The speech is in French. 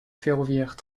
ferroviaires